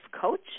coach